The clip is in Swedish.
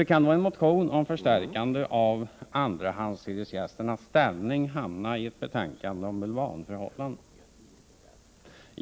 Hur kan då en motion om förstärkande av andrahandshyresgästers ställning hamna i ett betänkande om bulvanförhållanden?